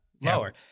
lower